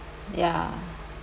ya